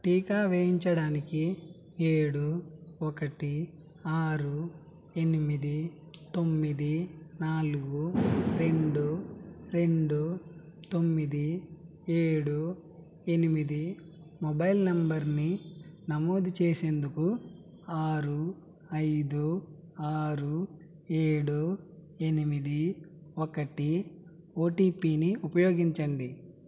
టీకా వేయించడానికి ఏడు ఒకటి ఆరు ఎనిమిది తొమ్మిది నాలుగు రెండు రెండు తొమ్మిది ఏడు ఎనిమిది మొబైల్ నంబర్ని నమోదు చేసేందుకు ఆరు ఐదు ఆరు ఏడు ఎనిమిది ఒకటి ఓటిపిని ఉపయోగించండి